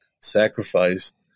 sacrificed